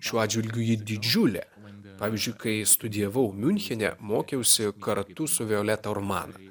šiuo atžvilgiu ji didžiulė pavyzdžiui kai studijavau miunchene mokiausi kartu su violeta urman